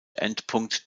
endpunkt